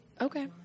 okay